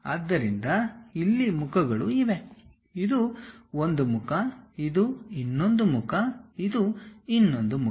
ಆದ್ದರಿಂದ ಇಲ್ಲಿ ಮುಖಗಳು ಇವೆ ಇದು ಒಂದು ಮುಖ ಇದು ಇನ್ನೊಂದು ಮುಖ ಮತ್ತು ಇದು ಇನ್ನೊಂದು ಮುಖ